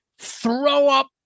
throw-up